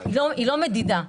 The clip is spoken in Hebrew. היא לא מדידה.